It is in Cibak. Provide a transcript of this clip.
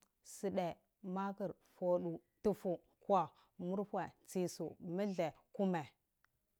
Side, makur, fodu, tuf'u, kwa, murfe, tsisu, multha, kume